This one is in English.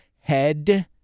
head